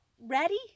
Ready